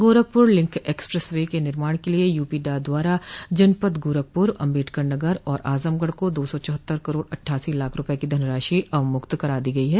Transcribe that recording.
Gorakhpur link expressway के निर्माण के लिये यूपीडा द्वारा जनपद गोरखपुर अम्बेडकर नगर और आजमगढ़ को दो सौ चौहत्तर करोड़ अट्ठासी लाख रूपये की धनराशि अवमुक्त कर दी गई है